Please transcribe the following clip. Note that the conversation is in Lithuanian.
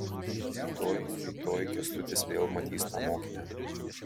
rytoj rytoj kęstutis vėl matys tą mokinę